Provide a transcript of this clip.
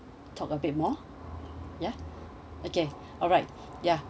talk a bit more ya okay alright ya